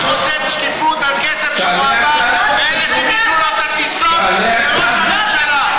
אני רוצה שקיפות על כסף שמועבר מאלה שמימנו את הטיסות לראש הממשלה.